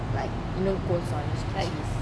like you know cold storage cheese